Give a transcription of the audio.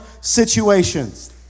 situations